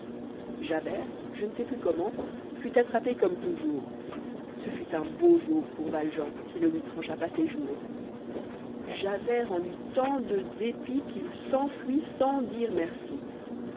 javert je ne sais plus comment fut attrapé comme toujours ce fut un beau jour pour valjean qui ne lui trancha pas ses jours javert en eut tant de dépit qu'il s'enfuit sans dire merci